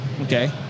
okay